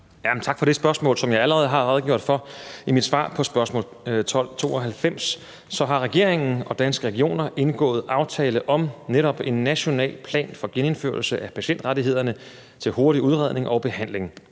tak for det spørgsmål. Som jeg allerede har redegjort for i mit svar på spørgsmål nr. S 1292, har regeringen og Danske Regioner indgået aftale om netop en national plan for genindførelse af patientrettighederne til hurtig udredning og behandling.